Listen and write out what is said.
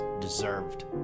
deserved